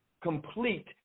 complete